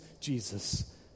Jesus